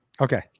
Okay